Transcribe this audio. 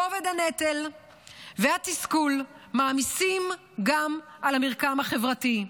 כובד הנטל והתסכול מעמיסים גם על המרקם החברתי.